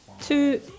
Two